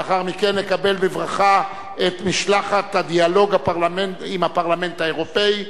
לאחר מכן נקבל בברכה את משלחת הדיאלוג עם הפרלמנט האירופי,